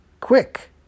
quick